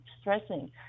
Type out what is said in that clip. stressing